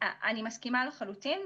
אני מסכימה לחלוטין.